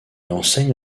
enseigne